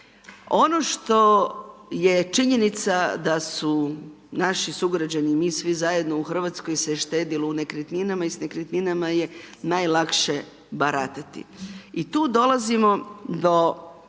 Ono što je činjenica da su naši sugrađani i mi svi zajedno u Hrvatskoj se štedilo u nekretninama i s nekretninama je najlakše baratati. I tu dolazimo do